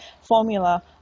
formula